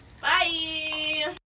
Bye